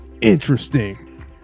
interesting